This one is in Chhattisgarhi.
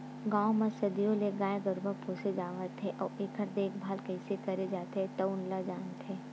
गाँव म सदियों ले गाय गरूवा पोसे जावत हे अउ एखर देखभाल कइसे करे जाथे तउन ल जानथे